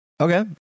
Okay